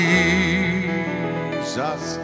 Jesus